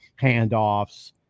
handoffs